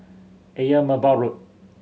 Ayer Merbau Road